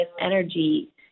energy